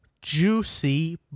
Juicy